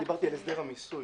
אני דיברתי רק על הסדר המיסוי.